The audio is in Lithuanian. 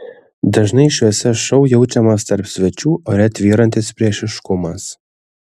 dažnai šiuose šou jaučiamas tarp svečių ore tvyrantis priešiškumas